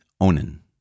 Onan